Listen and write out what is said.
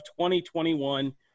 2021